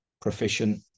proficient